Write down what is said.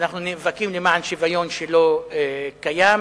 שאנחנו נאבקים למען שוויון שלא קיים.